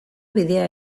bidea